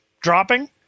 dropping